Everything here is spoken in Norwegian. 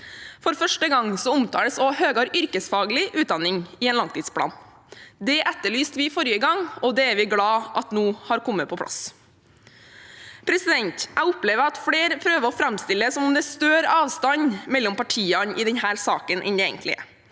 For første gang omtales også høyere yrkesfaglig utdanning i en langtidsplan. Det etterlyste vi forrige gang, og det er vi glad for at nå har kommet på plass. Jeg opplever at flere prøver å framstille det som om det er større avstand mellom partiene i denne saken enn det egentlig